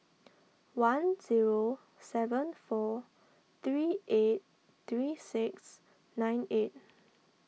one zero seven four three eight three six nine eight